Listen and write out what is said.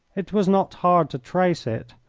it was not hard to trace it,